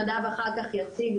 נדב יציג אחר